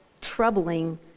troubling